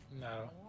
No